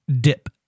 dip